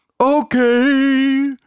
Okay